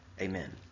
Amen